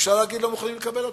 אפשר להגיד שלא מוכנים לקבל אותן,